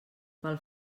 pel